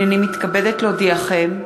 הנני מתכבדת להודיעכם,